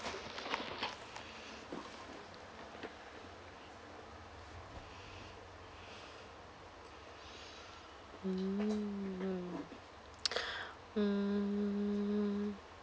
mm mm